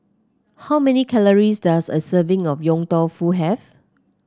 how many calories does a serving of Yong Tau Foo have